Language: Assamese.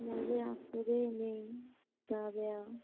মই যে আছো দেই এনেই গা বেয়া